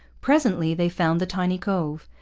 presently they found the tiny cove,